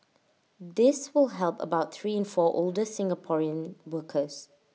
this will help about three in four older Singaporean workers